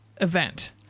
event